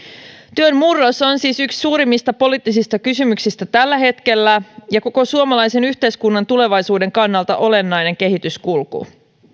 työn murros on siis yksi suurimmista poliittisista kysymyksistä tällä hetkellä ja koko suomalaisen yhteiskunnan tulevaisuuden kannalta olennainen kehityskulku